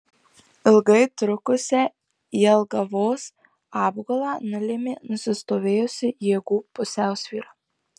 ilgai trukusią jelgavos apgulą nulėmė nusistovėjusi jėgų pusiausvyra